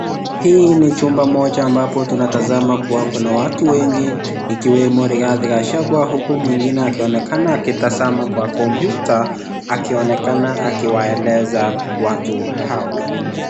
Hii ni chumba moja ambapo tunatazama kuwa kuna watu wengi ikiwemo riadha ya shaka huku mwingine akionekana akitazama kwa kompyuta akionekana akiwaeleza watu hawa.